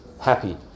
happy